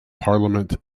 parliament